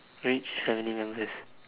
rich family members